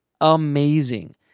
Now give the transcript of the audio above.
amazing